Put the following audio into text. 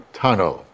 tunnel